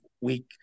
week